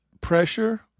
pressure